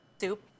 Soup